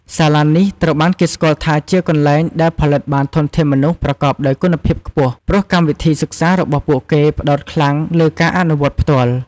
សាលានេះត្រូវបានគេស្គាល់ថាជាកន្លែងដែលផលិតបានធនធានមនុស្សប្រកបដោយគុណភាពខ្ពស់ ព្រោះកម្មវិធីសិក្សារបស់ពួកគេផ្ដោតខ្លាំងលើ ការអនុវត្តផ្ទាល់ ។